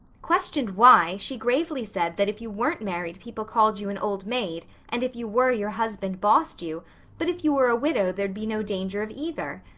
questioned why, she gravely said that if you weren't married people called you an old maid, and if you were your husband bossed you but if you were a widow there'd be no danger of either.